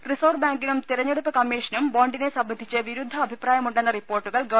reserve ബാങ്കിനും തെരഞ്ഞെടുപ്പ് കമ്മീഷനും ബോണ്ടിനെ സംബന്ധിച്ച് വിരുദ്ധാഭിപ്രായമുണ്ടെന്ന റിപ്പോർട്ടുകൾ ഗവ